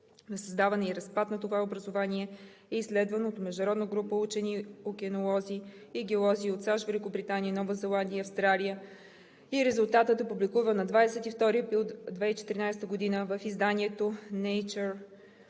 на създаване и разпад на това образование е изследвано от международна група учени океанолози и геолози от САЩ, Великобритания, Нова Зеландия, Австралия и резултатът е публикуван през 2014 г. в изданието „Нейчър